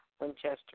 Winchester